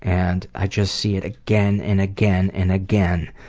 and i just see it again and again and again